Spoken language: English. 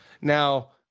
Now